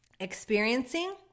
Experiencing